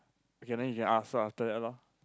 okay then you can ask her after that lor